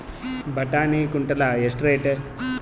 ಬಟಾಣಿ ಕುಂಟಲ ಎಷ್ಟು ರೇಟ್?